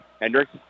Hendricks